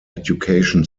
education